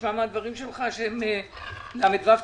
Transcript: נשמע מהדברים שלך שהבנקים הם ל"ו צדיקים.